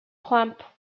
plump